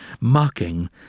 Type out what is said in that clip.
mocking